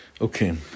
Okay